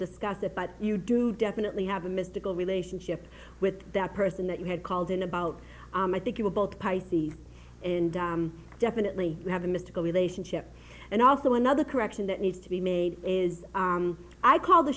discuss that but you do definitely have a mystical relationship with that person that you had called in about i think you were both pisces and i definitely have a mystical relationship and also another correction that needs to be made is i call the